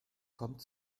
kommt